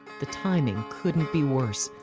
the timing couldn't be worse.